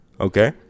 okay